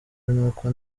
nuko